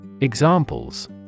Examples